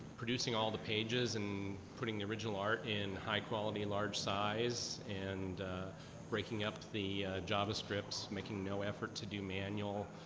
producing all the pages and putting the original art in high quality large size and breaking up the javascripts, making no effort to do manual